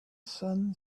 sun